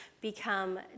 become